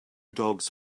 dogs